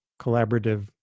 collaborative